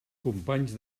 companys